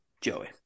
joey